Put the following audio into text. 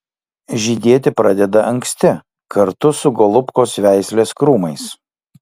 žydėti pradeda anksti kartu su golubkos veislės krūmais